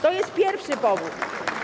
To jest pierwszy powód.